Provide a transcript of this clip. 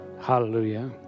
Hallelujah